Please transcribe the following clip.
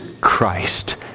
Christ